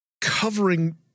covering